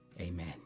Amen